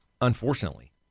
unfortunately